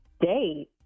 date